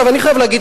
אני חייב להגיד,